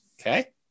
Okay